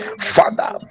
Father